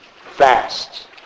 fast